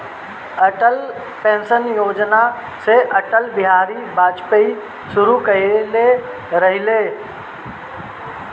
Atal pension योजना के अटल बिहारी वाजपयी शुरू कईले रलें